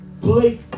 Play